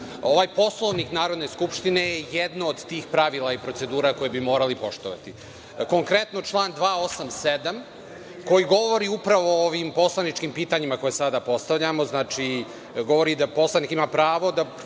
Ovaj Poslovnik Narodne skupštine je jedno od tih pravila i procedura koji bi morali poštovati. Konkretno, član 287. koji govori upravo o ovim poslaničkim pitanjima koje upravo postavljamo, govori da poslanik ima pravo da